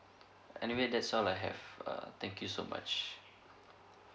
anyway that's all I have err thank you so much